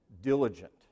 diligent